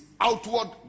outward